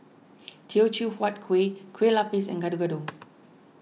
Teochew Huat Kuih Kueh Lapis and Gado Gado